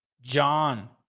John